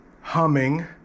humming